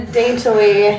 daintily